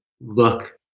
look